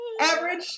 Average